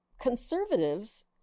conservatives